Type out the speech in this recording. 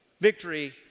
victory